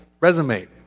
resume